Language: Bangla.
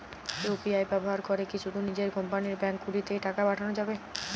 ইউ.পি.আই ব্যবহার করে কি শুধু নিজের কোম্পানীর ব্যাংকগুলিতেই টাকা পাঠানো যাবে?